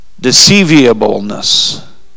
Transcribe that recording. deceivableness